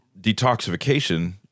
detoxification –